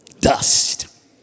Dust